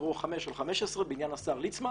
שמספרו 5/15, בעניין השר ליצמן,